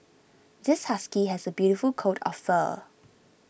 this husky has a beautiful coat of fur